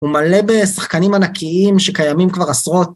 הוא מלא בשחקנים ענקיים שקיימים כבר עשרות.